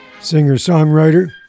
Singer-songwriter